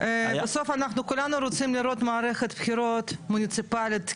בסוף אנחנו כולנו רוצים לראות מערכת בחירות מוניציפאלית תקינה,